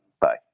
bye